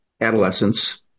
adolescence